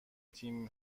تیم